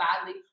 badly